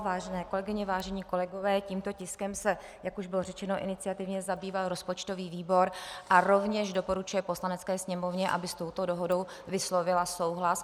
Vážené kolegyně, vážení kolegové, tímto tiskem se, jak už bylo řečeno, iniciativně zabýval rozpočtový výbor a rovněž doporučuje Poslanecké sněmovně, aby s touto dohodou vyslovila souhlas.